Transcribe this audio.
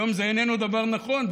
היום זה איננו דבר נכון,